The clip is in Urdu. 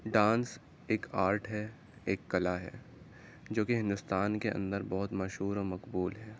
ڈانس ایک آرٹ ہے ایک کلا ہے جو کہ ہندوستان کے اندر بہت مشہور و مقبول ہے